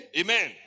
amen